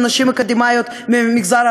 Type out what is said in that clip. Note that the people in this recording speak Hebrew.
למה אין שוויון הזדמנויות?